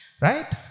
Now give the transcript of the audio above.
Right